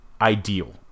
ideal